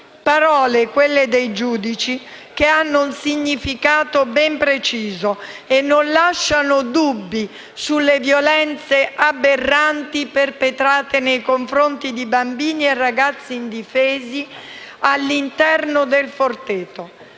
Parole, quelle dei giudici, che hanno un significato ben preciso e non lasciano dubbi sulle violenze aberranti perpetrate nei confronti di bambini e ragazzi indifesi all'interno della